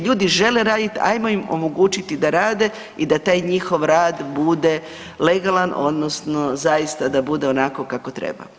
Ljudi žele radit ajmo im omogućiti da rade i da taj njihov rade bude legalan odnosno zaista da bude onako kako treba.